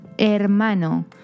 Hermano